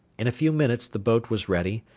in a few minutes the boat was ready,